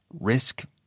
risk